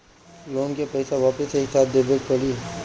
Loan का पईसा वापिस एक साथ देबेके पड़ी?